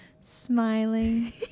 smiling